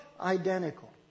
identical